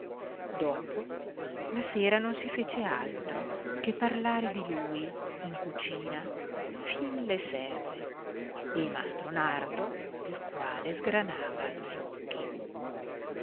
dopo la sera non si fece altro che parlare di lui in cucina fin le serve e mastro nardo il quale sgranava gli occhi